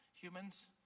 humans